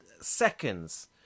seconds